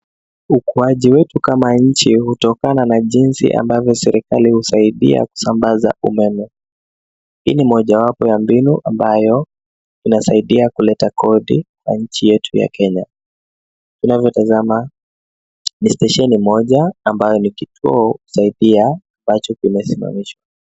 Ukuaji wetu kama nchi hutokana na jinsi ambavyo serikali husaidia kusambaza umeme. Hii ni mojawapo ya mbinu ambayo inasaidia kuleta kodi kwa nchi yetu ya Kenya. Tunavyo tazama ni stasheni moja ambayo ni kituo cha ETA ambacho kimesimamishwa.